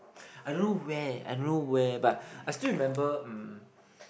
I don't know where I don't know where but I still remember um